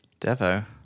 Devo